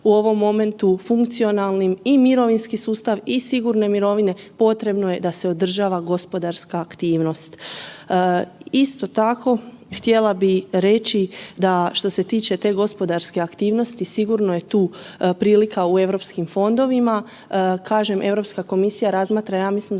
u ovom momentu funkcionalnim i mirovinski sustav i sigurne mirovine, potrebno je da se održava gospodarska aktivnost. Isto tako htjela bih reći da što se tiče te gospodarske aktivnosti sigurno je tu prilika u europskim fondovima, kažem Europska komisija razmatra, ja mislim